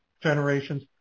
generations